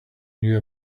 knew